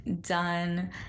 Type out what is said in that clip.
done